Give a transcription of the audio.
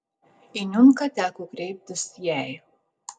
į niunką teko kreiptis jai